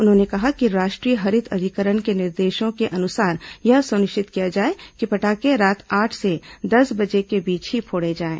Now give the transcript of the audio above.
उन्होंने कहा कि राष्ट्रीय हरित अधिकरण के निर्देशों के अनुसार यह सुनिश्चित किया जाए कि पटाखे रात आठ से दस बजे के बीच ही फोड़े जाएं